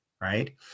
right